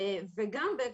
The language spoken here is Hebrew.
בנוסף,